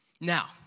Now